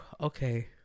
Okay